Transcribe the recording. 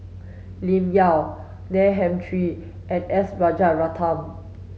Lim Yau Neil Humphreys and S Rajaratnam